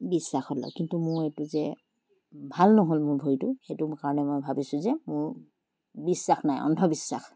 বিশ্বাসত লয় কিন্তু মোৰ এইটো যে ভাল নহ'ল মোৰ ভৰিটো সেইটো কাৰণে মই ভাবিছোঁ যে মোৰ বিশ্বাস নাই অন্ধবিশ্বাস